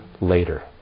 later